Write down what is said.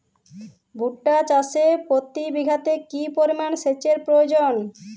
ভুট্টা চাষে প্রতি বিঘাতে কি পরিমান সেচের প্রয়োজন?